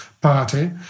party